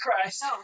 Christ